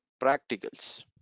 practicals